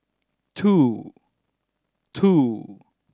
two two